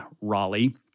Raleigh